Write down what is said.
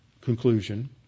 conclusion